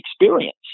experience